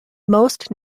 most